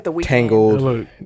tangled